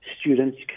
students